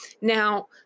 Now